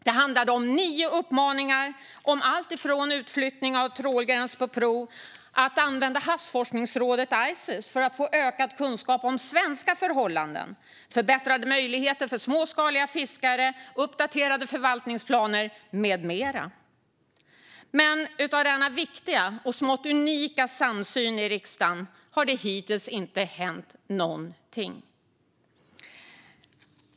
Det handlade om nio uppmaningar om alltifrån utflyttning av trålgränsen på prov och att använda havsforskningsrådet ICES för att få ökad kunskap om svenska förhållanden till förbättrade möjligheter för småskaliga fiskare, uppdaterade förvaltningsplaner med mera. Men trots denna viktiga och smått unika samsyn i riksdagen har det hittills inte hänt någonting.